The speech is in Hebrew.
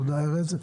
תודה, ארז.